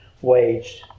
waged